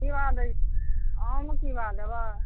की भाव दै आम की भाव देबै